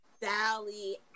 Sally